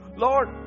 Lord